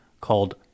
called